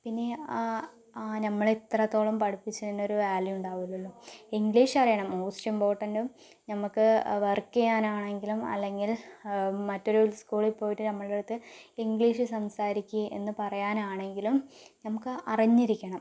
പിന്നെ ആ നമ്മള് എത്രത്തോളം പഠിപ്പിച്ചതിന് ഒരു വാല്യൂ ഉണ്ടാവില്ലല്ലോ ഇംഗ്ലീഷ് അറിയണം മോസ്റ്റ് ഇംപോർട്ടന്റും നമ്മൾക്ക് വർക്ക് ചെയ്യാനാണെങ്കിലും അല്ലെങ്കിൽ മറ്റൊരു സ്കൂളിൽ പോയിട്ട് ഞമ്മളുടെ അടുത്ത് ഇംഗ്ലീഷ് സംസാരിക്ക് എന്ന് പറയാൻ ആണെങ്കിലും നമുക്ക് അറിഞ്ഞിരിക്കണം